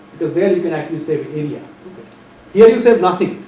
because there you can actually say behavior here you say nothing,